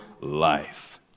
life